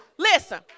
Listen